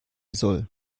soll